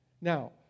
Now